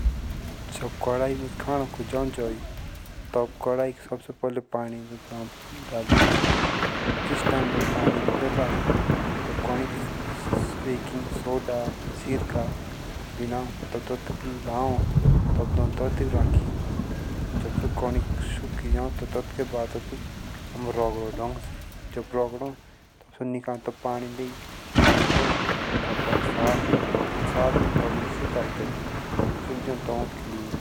जब कढ़ाई मुझ्खानोको जाओ जै तब। कढ़ाई सबसे पहिले पानी दो डाली। किछ टाइम लग पानी डाली कोनिक बेकिंग सोडा सिरका मिलाओ। तब टटकु लाओ जब सो कोनिक सूकी जाओ तब ततके बाद टटकु आम रगड़ो डंग से जब रगड़ो डंग से तब पानी ले तब करो साफ जब साफ जाओ होए तब दो सुखाई।